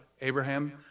Abraham